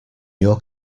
your